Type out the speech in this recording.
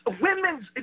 women's